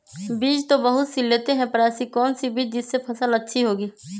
बीज तो बहुत सी लेते हैं पर ऐसी कौन सी बिज जिससे फसल अच्छी होगी?